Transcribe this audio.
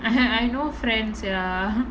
(uh huh) I no friends sia